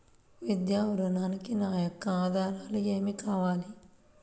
విద్యా ఋణంకి నా యొక్క ఆధారాలు ఏమి కావాలి?